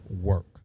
work